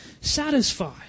satisfy